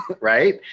right